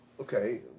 okay